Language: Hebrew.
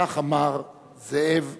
כך אמר זאב ז'בוטינסקי.